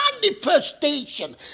manifestation